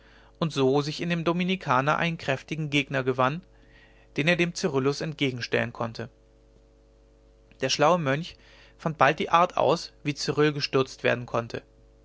und so sich in dem dominikaner einen kräftigen gegner gewann den er dem cyrillus entgegenstellen konnte der schlaue mönch fand bald die art aus wie cyrill gestürzt werden konnte